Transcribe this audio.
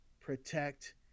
protect